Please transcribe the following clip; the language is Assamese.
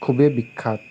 খুবেই বিখ্যাত